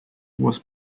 was